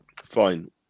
fine